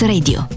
Radio